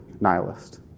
nihilist